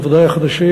בוודאי החדשים,